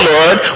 Lord